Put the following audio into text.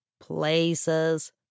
places